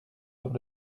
sur